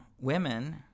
women